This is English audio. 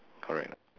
correct or not